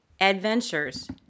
adventures